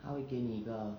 他会给你一个